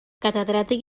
catedràtic